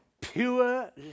pure